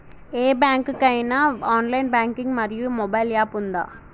ఏ bank కి ఐనా online banking మరియు మొబైల్ యాప్ ఉందా?